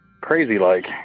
crazy-like